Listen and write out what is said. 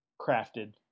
crafted